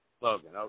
Logan